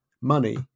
money